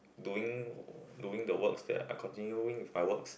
doing doing the works that I continuing with my works